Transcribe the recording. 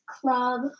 club